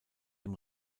dem